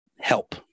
help